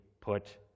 put